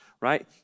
right